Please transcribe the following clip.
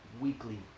weekly